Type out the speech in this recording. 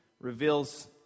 reveals